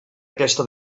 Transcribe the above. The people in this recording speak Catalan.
aquesta